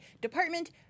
department